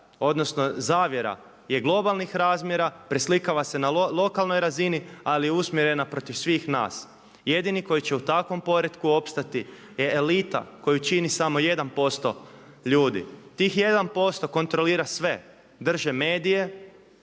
odnosno zavjera je globalnih razmjera, preslikava se na lokalnoj razini, ali je usmjerena protiv svih nas. Jedini koji će u takvom poretku opstati je elita koju čini samo jedan posto ljudi. Tih jedan posto kontrolira sve. Drže medije,